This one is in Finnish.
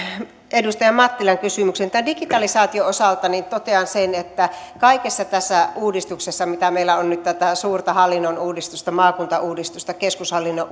edustaja mattilan kysymykseen tämän digitalisaation osalta totean sen että kaikessa tässä uudistuksessa mitä meillä on nyt tätä suurta hallinnon uudistusta maakuntauudistusta keskushallinnon